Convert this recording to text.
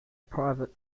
private